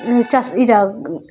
ଚାଷ ଏଇଟା